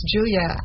Julia